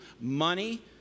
Money